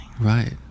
Right